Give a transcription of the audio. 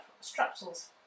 straps